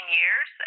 years